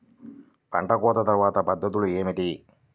పంట కోత తర్వాత పద్ధతులు ఏమిటి?